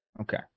Okay